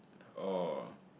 oh